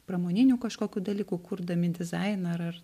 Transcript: pramoninių kažkokių dalykų kurdami dizainą ar ar